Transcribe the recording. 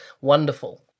wonderful